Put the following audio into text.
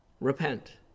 repent